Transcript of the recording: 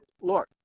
look